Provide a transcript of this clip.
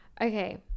okay